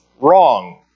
wrong